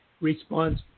response